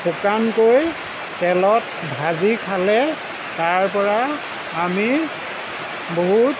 শুকানকৈ তেলত ভাজি খালে তাৰ পৰা আমি বহুত